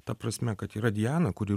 ta prasme kad yra diana kuri